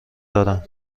دارم